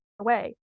away